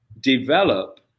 develop